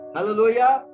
Hallelujah